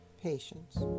patience